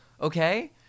okay